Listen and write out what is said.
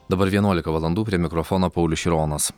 dabar vienuolika valandų prie mikrofono paulius šironas